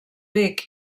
bec